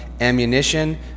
ammunition